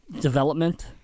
development